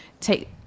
take